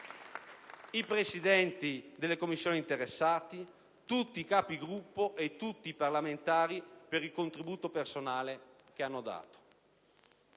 i Presidenti delle Commissioni interessate, tutti i Capigruppo ed i parlamentari per il contenuto personale che hanno dato.